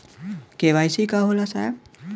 KYC का होला साहब?